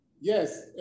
yes